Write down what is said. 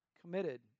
committed